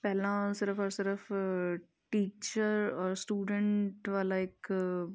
ਪਹਿਲਾਂ ਸਿਰਫ ਔਰ ਸਿਰਫ ਟੀਚਰ ਔਰ ਸਟੂਡੈਂਟ ਵਾਲਾ ਇੱਕ